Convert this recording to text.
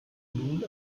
nun